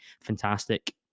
fantastic